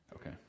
Okay